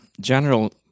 general